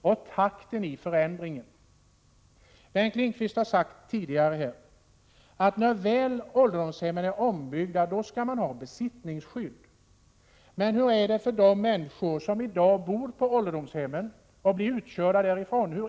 och takten i förändringen. Bengt Lindqvist har tidigare sagt att det när ålderdomshemmen väl är ombyggda skall införas ett besittningsskydd. Men hur är det med besittningsskyddet för de människor som i dag bor på ålderdomshemmen men som blir utkörda därifrån?